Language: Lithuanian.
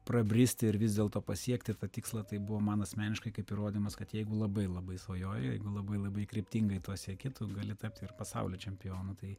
prabristi ir vis dėlto pasiekti tikslą tai buvo man asmeniškai kaip įrodymas kad jeigu labai labai svajoji jeigu labai labai kryptingai to sieki tu gali tapti ir pasaulio čempionu tai